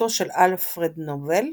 צוואתו של אלפרד נובל,